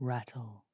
Rattle